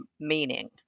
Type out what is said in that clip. meaning